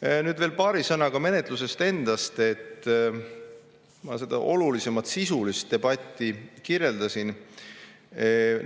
Nüüd veel paari sõnaga menetlusest endast, ma olulisemat, sisulist debatti kirjeldasin.